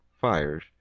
fires